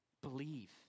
Believe